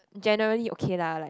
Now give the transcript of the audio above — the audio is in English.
generally okay lah like